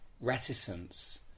Reticence